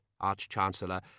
Arch-Chancellor